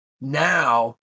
Now